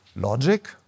logic